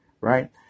right